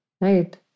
Right